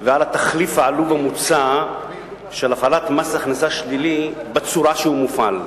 ועל התחליף העלוב המוצע של הפעלת מס הכנסה שלילי בצורה שהוא מופעל.